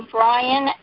Brian